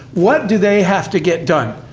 what do they have to get done?